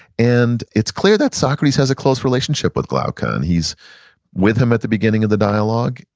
and it's clear that socrates has a close relationship with glaucon. he's with him at the beginning of the dialogue,